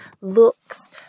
looks